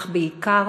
אך בעיקר